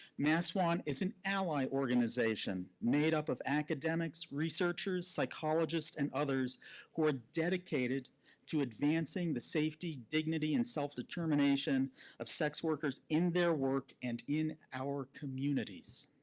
maswan is an ally organization made up of academics, researchers, psychologists and others who are dedicated to advancing the safety, dignity and self-determination of sex workers in their work and in our communities.